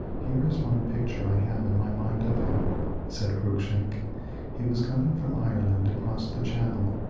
here is one picture i have in my mind of him said cruikshank he was coming from ireland across the channel,